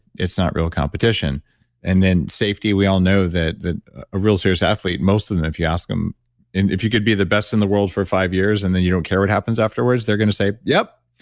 it's not real competition and then safety, we all know that a ah real serious athlete, most of them if you ask them, and if you could be the best in the world for five years and then you don't care what happens afterwards, they're going to say, yep.